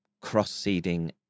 cross-seeding